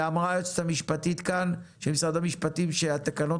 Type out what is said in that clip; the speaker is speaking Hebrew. ואמרה היועצת המשפטית כאן של משרד המשפטים שהתקנות